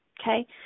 okay